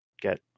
get